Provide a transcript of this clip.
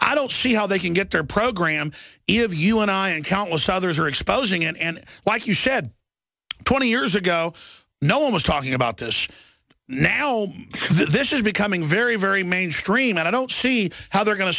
i don't see how they can get their program if you and i and countless others are exposing it and like you said twenty years ago no one was talking about this now this is becoming very very mainstream and i don't see how they're going to